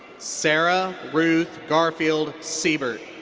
sara ruth garfield sebert.